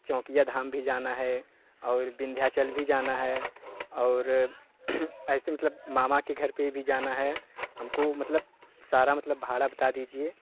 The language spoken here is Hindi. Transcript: चौकिया धाम भी जाना है और विंध्याचल भी जाना है और ऐसे मतलब मामा के घर पे भी जाना है हमको मतलब सारा मतलब भाड़ा बता दीजिए